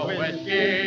whiskey